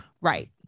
right